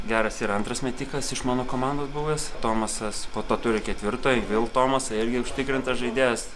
geras yra antras metikas iš mano komandos buvęs tomasas po to turi ketvirtą vėl tomas irgi užtikrintas žaidėjas